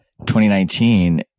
2019